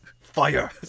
Fire